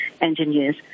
engineers